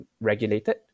regulated